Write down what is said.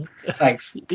Thanks